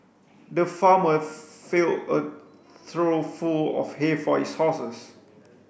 the farmer filled a trough full of hay for his horses